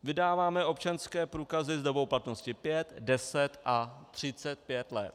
Vydáváme občanské průkazy s dobou platnosti pět, deset a 35 let.